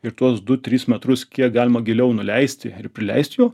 ir tuos du tris metrus kiek galima giliau nuleisti ir prileist jo